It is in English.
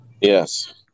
Yes